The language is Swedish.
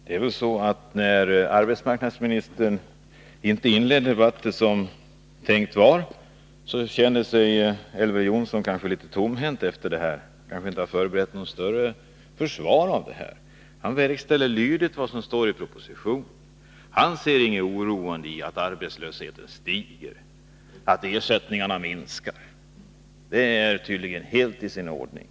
Herr talman! Arbetsmarknadsministern inledde inte, som tänkt var, den här debatten. Därför känner sig kanske Elver Jonsson litet tomhänt nu. Elver Jonsson har kanske inte förberett sig på något större försvar i detta avseende. Han verkställer lydigt vad som står i propositionen. Han ser inget oroande i att arbetslösheten stiger, att ersättningarna minskar. Det är tydligen helt i sin ordning.